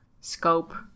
scope